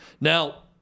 Now